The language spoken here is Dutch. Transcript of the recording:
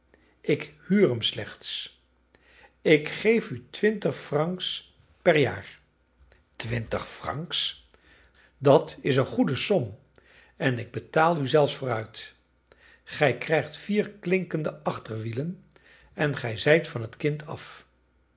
ik huur hem slechts ik geef u twintig francs per jaar twintig francs dat is een goede som en ik betaal u zelfs vooruit gij krijgt vier klinkende achterwielen en ge zijt van het kind af